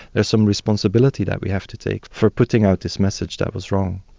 there's some responsibility that we have to take for putting out this message that was wrong.